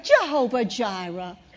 Jehovah-Jireh